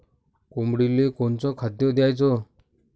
कोंबडीले कोनच खाद्य द्याच?